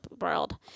world